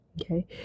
Okay